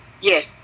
Yes